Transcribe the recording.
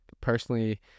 personally